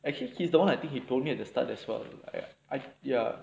actually he's the [one] I think he told me at the start as well I I ya